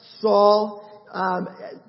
Saul